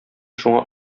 шуңа